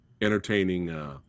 entertaining